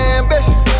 ambition